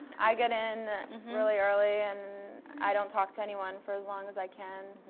i get in really early and i don't talk to anyone for as long as i can.